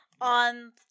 on